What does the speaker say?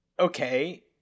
Okay